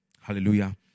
Hallelujah